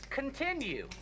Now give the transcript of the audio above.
continue